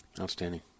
Outstanding